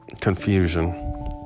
confusion